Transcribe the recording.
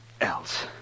else